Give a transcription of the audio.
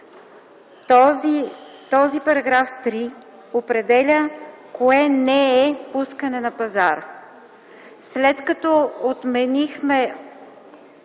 Този § 3 определя кое „не е пускане на пазара”.